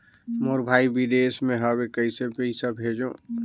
मोर भाई विदेश मे हवे कइसे पईसा भेजो?